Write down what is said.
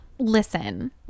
Listen